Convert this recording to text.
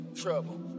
trouble